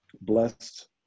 blessed